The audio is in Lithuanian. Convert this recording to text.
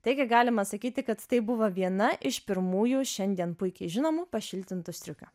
taigi galima sakyti kad tai buvo viena iš pirmųjų šiandien puikiai žinomų pašiltintų striukių